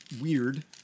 weird